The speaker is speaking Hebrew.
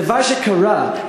דבר שקרה,